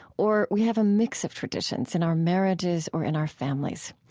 or, we have a mix of traditions in our marriages or in our families.